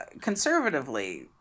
conservatively